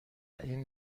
این